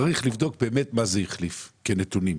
צריך לבדוק באמת מה זה החליף, כנתונים.